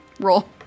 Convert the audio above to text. roll